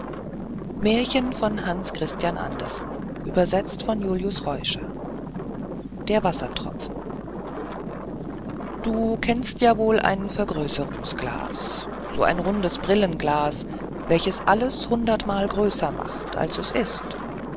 der wassertropfen du kennst ja wohl ein vergrößerungsglas so ein rundes brillenglas welches alles hundertmal größer macht als es ist